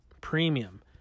Premium